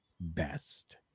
best